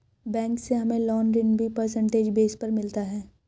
bank से हमे loan ऋण भी परसेंटेज बेस पर मिलता है